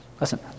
Listen